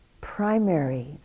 primary